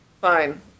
Fine